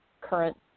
current